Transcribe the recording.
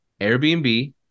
Airbnb